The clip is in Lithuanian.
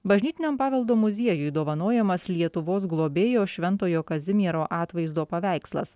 bažnytinio paveldo muziejui dovanojamas lietuvos globėjo šventojo kazimiero atvaizdo paveikslas